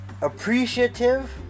appreciative